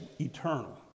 eternal